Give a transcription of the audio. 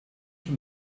from